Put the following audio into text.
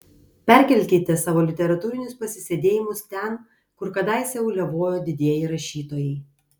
perkelkite savo literatūrinius pasisėdėjimus ten kur kadaise uliavojo didieji rašytojai